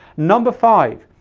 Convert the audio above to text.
number five,